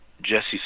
Jesse